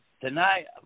tonight